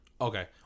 Okay